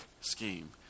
scheme